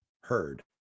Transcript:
heard